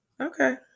Okay